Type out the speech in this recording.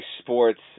Sports